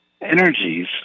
energies